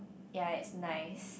ya it's nice